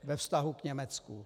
Ve vztahu k Německu.